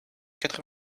quatre